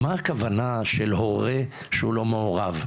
מה הכוונה של הורה שהוא לא מעורב.